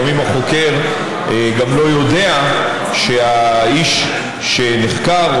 לפעמים החוקר לא יודע שהאיש שנחקר,